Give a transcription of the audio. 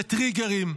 לטריגרים,